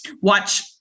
watch